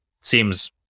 seems